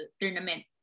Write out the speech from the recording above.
tournament